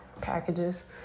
packages